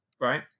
right